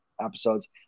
episodes